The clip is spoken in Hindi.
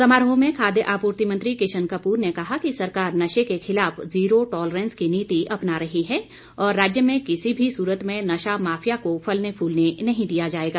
समारोह में खाद्य आपूर्ति मंत्री किशन कपूर ने कहा कि सरकार नशे के खिलाफ जीरो टॉलरेंस की नीति अपना रही है और राज्य में किसी भी सूरत में नशा माफिया को फलने फूलने नहीं दिया जाएगा